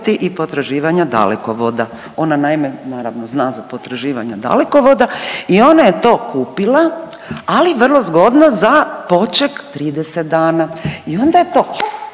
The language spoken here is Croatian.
i potraživanja Dalekovoda. Ona naime naravno zna za potraživanja Dalekovoda i ona je to kupila, ali vrlo zgodno za poček 30 dana. I onda je to